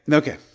okay